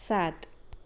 સાત